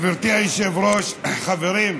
גברתי היושבת-ראש, חברים,